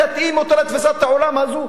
להתאים אותה לתקופת העולם הזו.